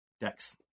Dex